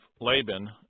Laban